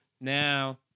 now